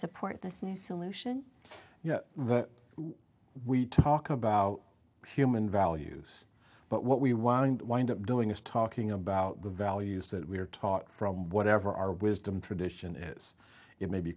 support this new solution that we talk about human values but what we wind wind up doing is talking about the values that we are taught from whatever our wisdom tradition is it may be